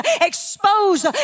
expose